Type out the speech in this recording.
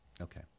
Okay